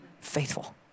faithful